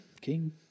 king